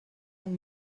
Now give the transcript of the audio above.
amb